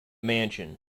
mansion